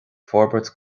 forbairt